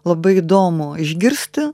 labai įdomu išgirsti